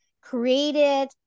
created